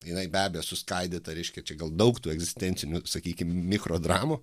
jinai be abejo suskaidyta reiškia čia gal daug tų egzistencinių sakykim mikrodramų